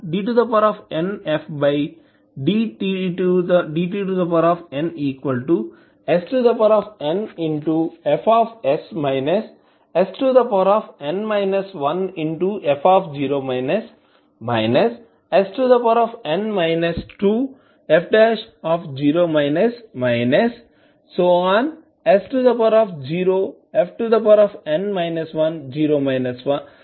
s0fn 10 అవుతుంది